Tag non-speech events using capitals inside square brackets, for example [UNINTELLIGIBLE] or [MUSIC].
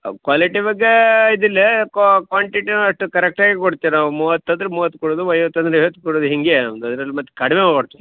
[UNINTELLIGIBLE] quality ಬಗ್ಗೆ ಇದಿಲ್ಲ ಕ್ವಾಂಟಿಟಿನೂ ಅಷ್ಟು ಕರೆಕ್ಟ್ ಆಗಿ ಕೊಡ್ತಿವಿ ನಾವು ಮೂವತ್ತು ಅಂದ್ರೆ ಮೂವತ್ತು ಕೊಡುದು ಐವತ್ತು ಅಂದ್ರೆ ಐವತ್ತು ಕೊಡುದು ಹಿಂಗೇ ನಮ್ಮದು ಇದ್ರಲ್ಲಿ ಮತ್ತೆ ಕಡಿಮೆ [UNINTELLIGIBLE]